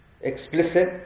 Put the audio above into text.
Explicit